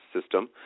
system